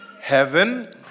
heaven